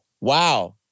Wow